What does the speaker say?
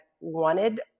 wanted